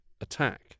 attack